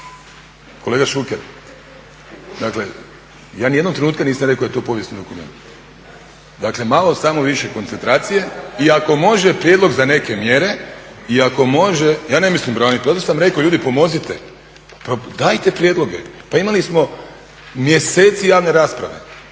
kolega Šuker. Dakle, ja ni jednog trenutka nisam rekao da je to povijesni dokument. Dakle, malo samo više koncentracije i ako može prijedlog za neke mjere i ako može. Ja ne mislim braniti, pa zato sam rekao ljudi pomozite, pa dajte prijedloge. Pa imali smo mjeseci javne rasprave,